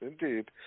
Indeed